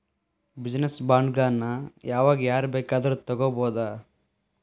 Business ಬಾಂಡ್ಗಳನ್ನ ಯಾವಾಗ್ ಯಾರ್ ಬೇಕಾದ್ರು ತಗೊಬೊದು?